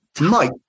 mike